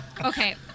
Okay